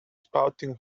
spouting